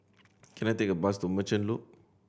can I take a bus to Merchant Loop